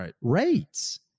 rates